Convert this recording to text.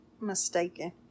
mistaken